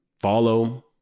follow